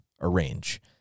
arrange